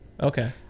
okay